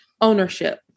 ownership